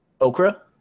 Okra